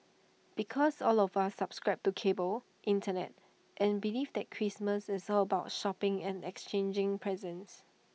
because all of us subscribe to cable Internet and belief that Christmas is all about shopping and exchanging presents